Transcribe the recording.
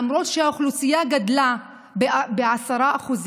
למרות שהאוכלוסייה גדלה ב-10%?